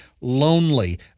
lonely